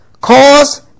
Cause